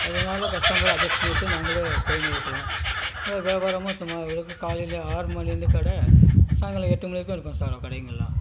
அதனால customer adjust பண்ணிகிட்டு நாங்களே போயின்னே இருக்குறோம் அது வியாபாரமும் சுமார் விடிய காலையிலையே ஆறு மணிலேருந்து கடை சாயங்காலம் எட்டு மணிக்கு வரைக்கும் இருக்கும் சார் கடைங்கள்லாம்